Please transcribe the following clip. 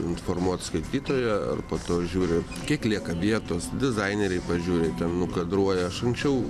informuot skaitytoją ir po to žiūri kiek lieka vietos dizaineriai pažiūri ten nukadruoja aš anksčiau